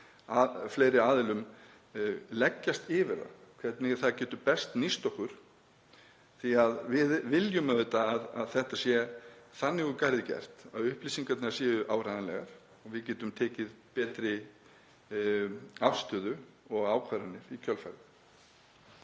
og fleiri aðilum leggjast yfir það hvernig það getur best nýst okkur. Við viljum auðvitað að matið sé þannig úr garði gert að upplýsingarnar séu áreiðanlegar og við getum tekið betri afstöðu og ákvarðanir í kjölfarið.